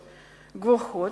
גבוהות,